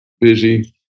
busy